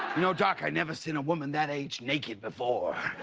you know doc, i've never seen a woman that age naked before.